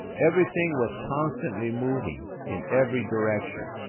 everything was constantly moving, in every direction,